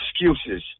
excuses